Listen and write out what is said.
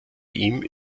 ihm